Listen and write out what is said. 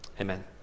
Amen